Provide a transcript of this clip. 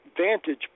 vantage